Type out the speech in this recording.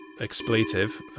expletive